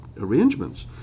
arrangements